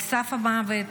על סף מוות,